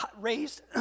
raised